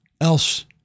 else